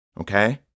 Okay